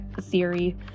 theory